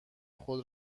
خود